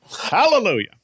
Hallelujah